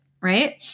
right